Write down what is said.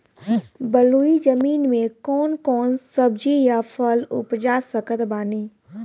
बलुई जमीन मे कौन कौन सब्जी या फल उपजा सकत बानी?